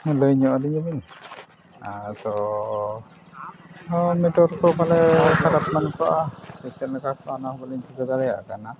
ᱞᱟᱹᱭᱧᱚᱜ ᱟᱹᱞᱤᱧᱟᱵᱤᱱ ᱟᱫᱚ ᱱᱚᱜᱼᱚᱭ ᱠᱚ ᱯᱟᱞᱮᱱ ᱠᱷᱟᱨᱟᱯ ᱮᱢᱟᱱ ᱠᱚᱜᱼᱟ ᱥᱮ ᱪᱮᱫ ᱞᱮᱠᱟ ᱠᱚᱜᱼᱟ ᱚᱱᱟ ᱦᱚᱸ ᱵᱟᱹᱞᱤᱧ ᱴᱷᱤᱠᱟᱹ ᱫᱟᱲᱮᱭᱟᱜ ᱠᱟᱱᱟ